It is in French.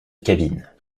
cabine